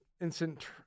instant